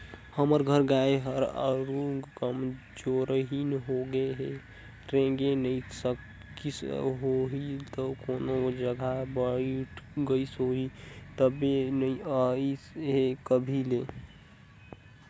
हमर घर गाय ह आरुग कमजोरहिन होगें हे रेंगे नइ सकिस होहि त कोनो जघा बइठ गईस होही तबे नइ अइसे हे अभी ले